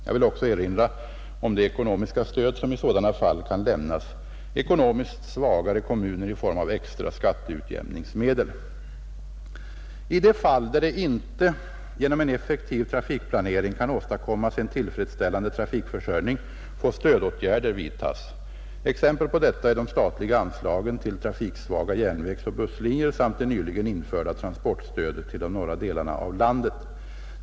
Jag vill också erinra om det ekonomiska stöd som i sådana fall kan lämnas ekonomiskt svagare kommuner i form av extra skatteutjämningsmedel. I de fall där det inte genom en effektiv trafikplanering kan åstadkommas en tillfredsställande trafikförsörjning får stödåtgärder vidtas. Exempel på detta är de statliga anslagen till trafiksvaga järnvägsoch busslinjer samt det nyligen införda transportstödet till de norra delarna av landet.